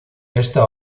esta